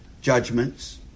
judgments